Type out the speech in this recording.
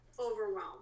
overwhelmed